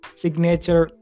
signature